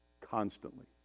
constantly